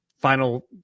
final